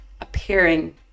appearing